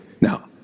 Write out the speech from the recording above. Now